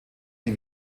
die